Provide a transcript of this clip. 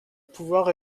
pouvoir